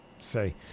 say